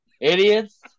Idiots